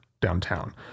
downtown